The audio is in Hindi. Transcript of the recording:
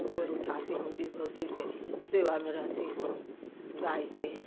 गोबर उठाती होंगी गौ उसी के सेवा में रहती हूँ गाय के